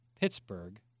Pittsburgh